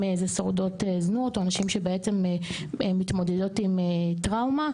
אם זה שורדות זנות או נשים שבעצם מתמודדות עם טראומה,